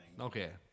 Okay